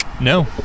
no